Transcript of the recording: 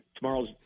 tomorrow's